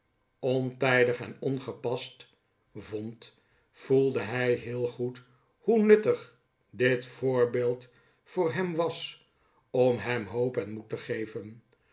ontijdig en ongepast vond voelde hij heel goed hoe nuttig dit voorbeeld voor hem was om hem hoop en moed te geven